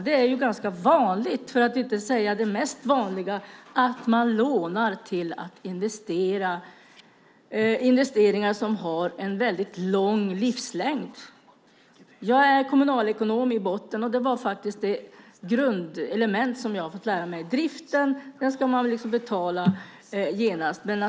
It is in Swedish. Det är ganska vanligt, för att inte säga det vanligaste, att man lånar till investeringar i sådant som har en väldigt lång livslängd. I botten är jag kommunalekonom. Det grundelement som jag fått lära mig är att det ska betalas genast beträffande driften.